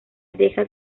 deja